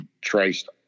traced